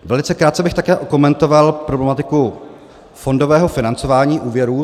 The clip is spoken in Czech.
Velice krátce bych také okomentoval problematiku fondového financování úvěrů.